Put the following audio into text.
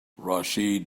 rachid